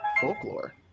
Folklore